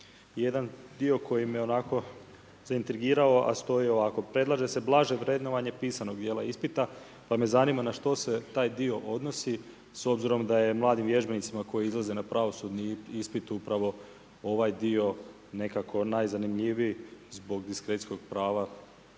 jedan dio koji me onako zaintrigirao a stoji ovako: „Predlaže se blaže vrednovanje pisanog dijela ispita.“. Pa me zanima na što se taj dio odnosi s obzirom da je mladim vježbenicima koji izlaze na pravosudni ispit upravo ovaj dio nekako najzanimljiviji zbog diskrecijskog prava ispitivača